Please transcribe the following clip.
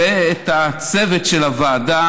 כמובן.